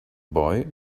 boy